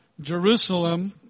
Jerusalem